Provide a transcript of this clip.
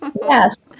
Yes